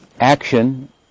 action